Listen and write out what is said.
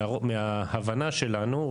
מההבנה שלנו,